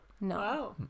No